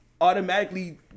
automatically